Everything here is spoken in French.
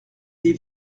des